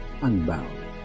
unbound